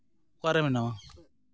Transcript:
ᱚᱠᱟᱨᱮ ᱢᱮᱱᱟᱢᱟ